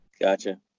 Gotcha